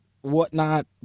whatnot